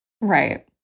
right